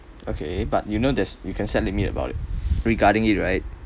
okay but you know there's you can set limit about it regarding it right